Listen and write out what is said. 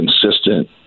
consistent